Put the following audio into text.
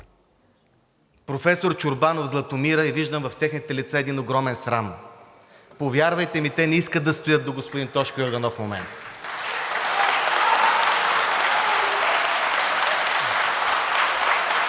професор Чорбанов, Златомира и виждам в техните лица един огромен срам. Повярвайте ми, те не искат да стоят до господин Тошко Йорданов в момента. (Бурни